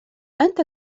أنت